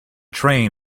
train